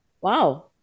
Wow